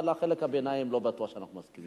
אבל על חלק הביניים לא בטוח שאנחנו מסכימים.